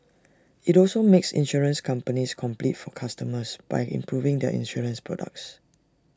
IT also makes insurance companies compete for customers by improving their insurance products